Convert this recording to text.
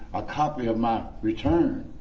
a copy of my return,